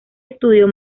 estudio